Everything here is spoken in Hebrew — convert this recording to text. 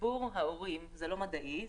ציבור ההורים זה לא מדעי,